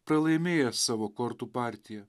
pralaimėjęs savo kortų partiją